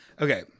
Okay